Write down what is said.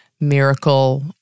miracle